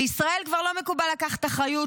בישראל כבר לא מקובל לקחת אחריות,